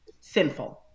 sinful